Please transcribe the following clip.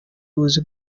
uzi